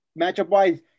Matchup-wise